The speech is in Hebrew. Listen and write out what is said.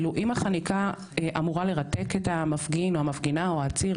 אם החניקה אמורה לרתק את המפגין או המפגינה או העציר,